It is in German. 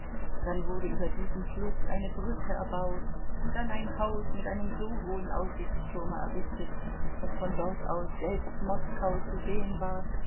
dann wurde über diesen fluß eine brücke erbaut dann ein haus mit einem so hohen aussichtsturme errichtet daß von dort aus selbst moskau zu sehen war